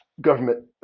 government